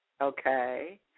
Okay